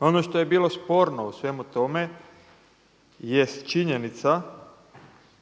Ono što je bilo sporno u svemu tome jest činjenica,